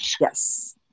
Yes